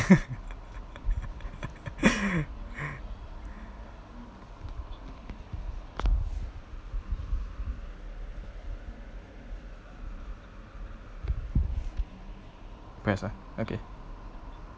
press ah okay